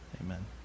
amen